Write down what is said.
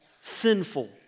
sinful